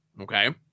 okay